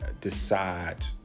decide